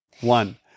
One